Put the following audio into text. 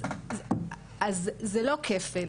אז זה לא כפל,